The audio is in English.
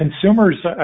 consumers